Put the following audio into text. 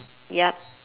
yup